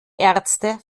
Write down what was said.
ärzte